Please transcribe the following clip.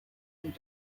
and